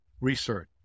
research